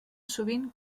sovint